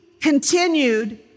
continued